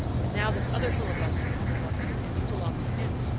and now this other filibuster has bought you, and you belong to him.